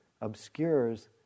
obscures